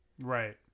Right